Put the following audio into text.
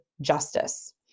justice